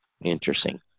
interesting